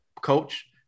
coach